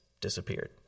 disappeared